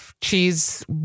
cheese